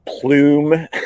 plume